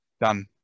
done